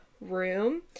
room